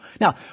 Now